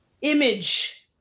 image